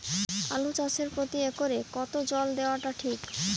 আলু চাষে প্রতি একরে কতো জল দেওয়া টা ঠিক?